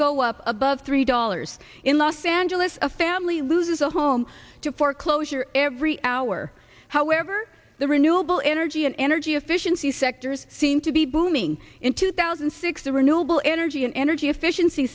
go up above three dollars in los angeles a family loses a home to foreclosure every hour however the renewable energy and energy efficiency sectors seem to be booming in two thousand and six the renewable energy and energy efficiency